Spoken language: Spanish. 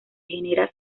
generan